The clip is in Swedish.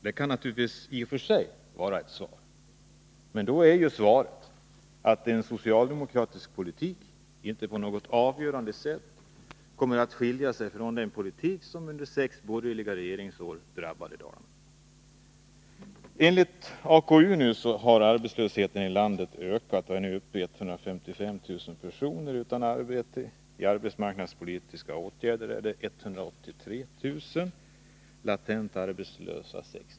Det kan naturligtvis vara ett svar i och för sig — men det innebär i så fall att socialdemokratisk politik inte på något avgörande sätt kommer att skilja sig från den politik som under sex borgerliga regeringsår drabbat Dalarna. Enligt AKU har arbetslösheten i landet ökat och är nu uppe i 155 000 personer. 183 000 är sysselsatta genom arbetsmarknadspolitiska åtgärder och 63 000 är latent arbetslösa.